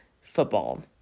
football